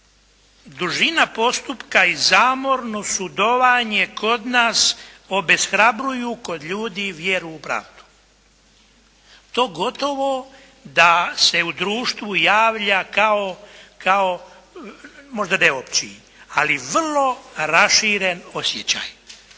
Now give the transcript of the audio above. dužina postupka i zamorno sudovanje kod nas obeshrabruju kod ljudi vjeru u pravdu. To gotovo da se u društvu javlja kao možda ne opći ali vrlo raširen osjećaj.